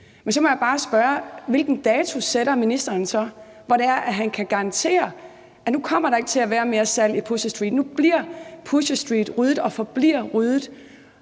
Så må jeg bare spørge: Hvilken dato sætter ministeren for, at han kan garantere, at der nu ikke kommer til at være mere salg i Pusher Street, og at Pusher Street nu bliver ryddet og forbliver ryddet?